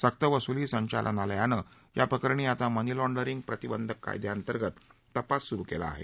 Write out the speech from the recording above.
सक्तवसुली संचालनालयानं या प्रकरणी आता मनी लाँडरींग प्रतिबंधक कायद्याअंतर्गत तपास सुरु केला आहे